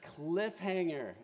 Cliffhanger